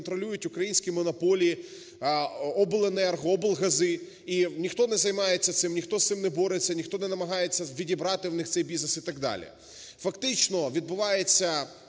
контролюють українські монополії: "обленерго", "облгази". І ніхто не займається цим, ніхто з цим не бореться, ніхто не намагається відібрати в них цей бізнес і так далі. Фактично відбувається